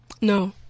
No